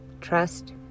trust